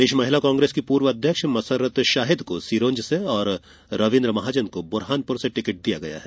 प्रदेश महिला कांग्रेस की पूर्व अध्यक्ष मसर्रत शाहिद को सिरोंज से और रवीन्द्र महाजन को बुरहानपुर से टिकट दिया गया है